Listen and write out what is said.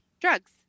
drugs